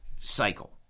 cycle